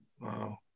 wow